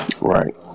right